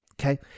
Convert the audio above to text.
okay